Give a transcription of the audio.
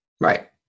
Right